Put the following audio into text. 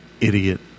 idiot